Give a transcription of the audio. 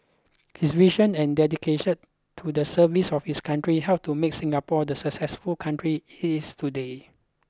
his vision and dedication to the service of his country helped to make Singapore the successful country it is today